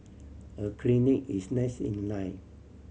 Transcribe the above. a clinic is next in line